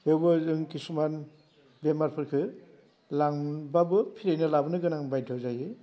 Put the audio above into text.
थेवबो जों किसुमान बेमारफोरखो लांब्लाबो फ्रियैनो लाबोनो गोनां बायध जायो